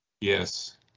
Yes